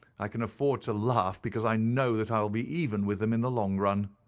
i can afford to laugh, because i know that i will be even with them in the long run.